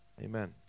Amen